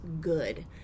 good